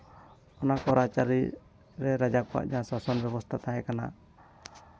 ᱚᱱᱟ ᱠᱚ ᱨᱟᱡᱽᱼᱟᱹᱨᱤ ᱨᱮ ᱨᱟᱡᱟ ᱠᱚᱣᱟᱜ ᱡᱟᱦᱟᱸ ᱥᱟᱥᱚᱱ ᱵᱮᱵᱚᱥᱛᱷᱟ ᱛᱟᱦᱮᱸ ᱠᱟᱱᱟ